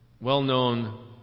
well-known